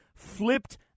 Flipped